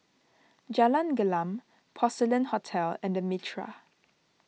Jalan Gelam Porcelain Hotel and the Mitraa